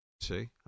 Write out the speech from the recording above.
See